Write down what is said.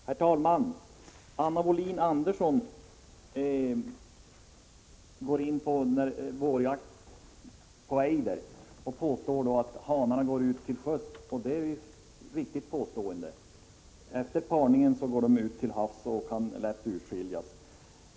Herr talman! Anna Wohlin-Andersson går in på frågan om vårjakt på ejder och påstår att hanarna ger sig av till sjöss, och det är ett riktigt påstående — efter parningen ger de sig av ut till havs och kan lätt urskiljas.